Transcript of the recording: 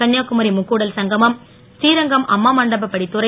கன்னியாகுமரி முக்கடல் சங்கமம் ஸ்ரீரங்கம் அம்மா மண்டபம் படித்துறை